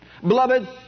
Beloved